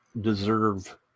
deserve